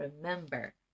remember